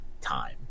time